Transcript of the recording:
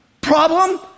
Problem